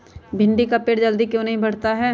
भिंडी का पेड़ जल्दी क्यों नहीं बढ़ता हैं?